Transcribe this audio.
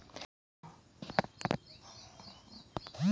गेहूँ की फसल को पाले से बचाने के लिए कैसे सिंचाई करें?